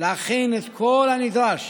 להכין את כל הנדרש